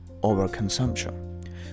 overconsumption